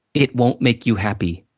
it won't make you happy,